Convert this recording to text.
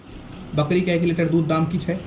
बकरी के एक लिटर दूध दाम कि छ?